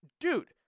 Dude